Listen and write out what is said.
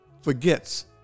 forgets